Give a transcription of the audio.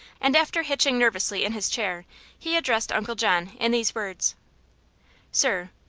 and after hitching nervously in his chair he addressed uncle john in these words sir,